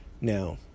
Now